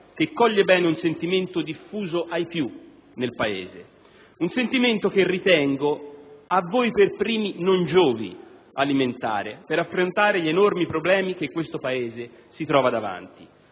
che coglie bene un sentimento diffuso ai più nel Paese, un sentimento che ritengo a voi per primi non giovi alimentare per affrontare gli enormi problemi che questo Paese si trova davanti.